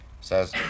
says